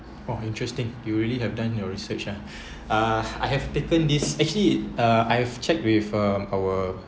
oh interesting you really have done your research ah uh I have taken this actually uh I've checked with uh our